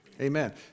Amen